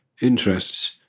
interests